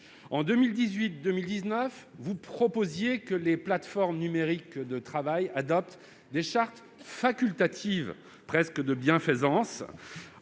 En 2018 et 2019, vous proposiez que les plateformes numériques de travail adoptent des chartes facultatives- presque de bienfaisance